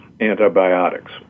antibiotics